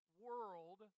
world